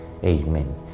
Amen